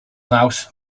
mouse